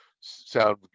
sound